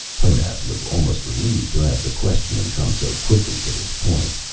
honath was almost relieved to have the questioning come so quickly to this point.